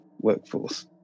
workforce